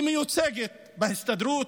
היא מיוצגת בהסתדרות,